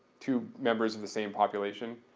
two members of the same population.